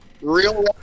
real